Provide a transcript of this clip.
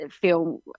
feel